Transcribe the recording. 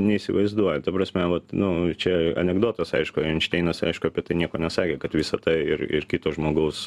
neįsivaizduoju ta prasme vat nu čia anekdotas aišku einšteinas aišku apie tai nieko nesakė kad visata ir ir kito žmogaus